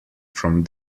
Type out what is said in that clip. from